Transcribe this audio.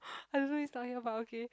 I don't know he's talking about okay